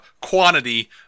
quantity